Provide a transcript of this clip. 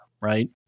right